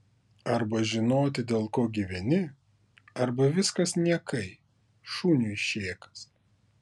arba žinoti dėl ko gyveni arba viskas niekai šuniui šėkas